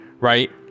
right